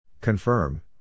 Confirm